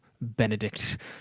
Benedict